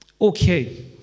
Okay